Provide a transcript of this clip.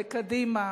בקדימה,